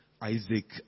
Isaac